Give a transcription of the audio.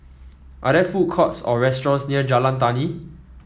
are there food courts or restaurants near Jalan Tani